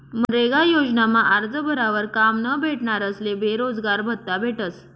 मनरेगा योजनामा आरजं भरावर काम न भेटनारस्ले बेरोजगारभत्त्ता भेटस